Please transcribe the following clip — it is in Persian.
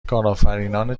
کارآفرینان